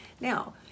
Now